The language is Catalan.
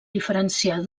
diferenciar